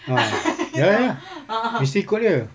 ah ya lah ya lah mesti ikut dia